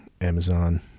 Amazon